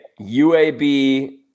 UAB